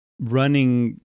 running